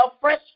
fresh